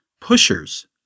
pushers